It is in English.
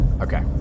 okay